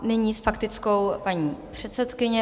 Nyní s faktickou paní předsedkyně.